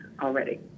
already